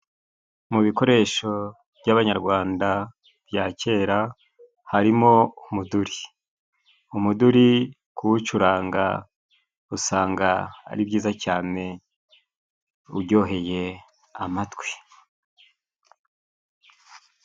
Mu bikoresho by'Abanyarwanda bya kera, harimo umuduri. Umuduri kuwucuranga usanga ari byiza cyane, uryoheye amatwi.